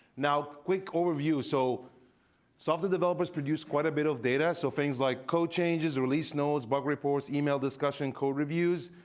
now, quick overview. so software developers produce quite a bit of data. so things like code changes, release notes, bug reports, e-mail discussion, code reviews.